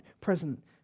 present